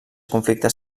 conflictes